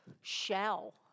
shell